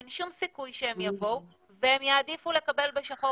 אין שום סיכוי שהם יבואו והם יעדיפו לקבל בשחור,